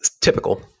typical